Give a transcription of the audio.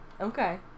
Okay